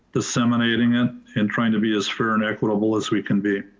disseminating it and trying to be as fair and equitable as we can be.